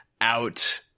out